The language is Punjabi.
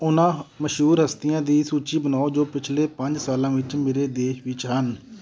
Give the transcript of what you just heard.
ਉਨ੍ਹਾਂ ਮਸ਼ਹੂਰ ਹਸਤੀਆਂ ਦੀ ਸੂਚੀ ਬਣਾਓ ਜੋ ਪਿਛਲੇ ਪੰਜ ਸਾਲਾਂ ਵਿੱਚ ਮੇਰੇ ਦੇਸ਼ ਵਿੱਚ ਹਨ